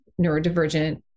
neurodivergent